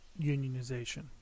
unionization